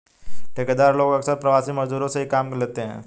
ठेकेदार लोग अक्सर प्रवासी मजदूरों से ही काम लेते हैं